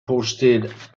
posted